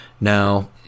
Now